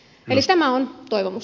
eli tämä on toivomus